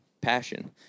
passion